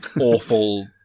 awful